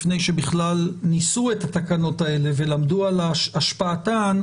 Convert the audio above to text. לפני שבכלל ניסו את התקנות האלה ולמדו על השפעתן,